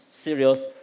serious